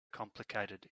complicated